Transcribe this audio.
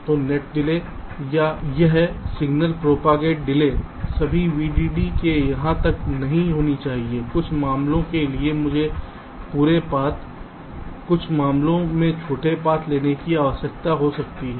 तो net delay या यह सिग्नल प्रोपागेट डिले सभी VDD से यहां तक नहीं होनी चाहिए कुछ मामलों के लिए मुझे पूरे पाथ कुछ मामलों में छोटे पाथ्स लेने की आवश्यकता हो सकती है